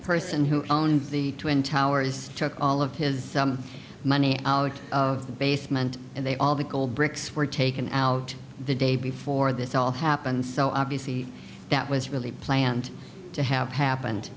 person who owned the twin towers he struck all of his money out of the basement and they all the gold bricks were taken out the day before this all happened so obviously that was really planned to have happened